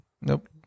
Nope